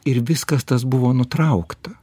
ir viskas tas buvo nutraukta